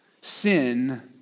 sin